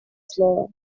слова